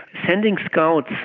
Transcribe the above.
sending scouts,